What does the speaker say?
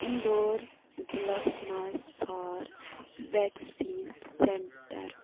اِنٛدور ضلعس مَنٛز ژھار ویکسیٖن سینٛٹر